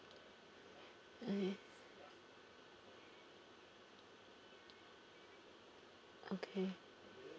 okay okay